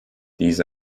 these